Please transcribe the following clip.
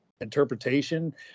interpretation